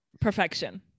Perfection